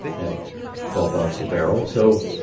at twelve bucks a barrel, so,